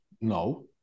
No